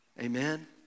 Amen